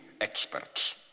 experts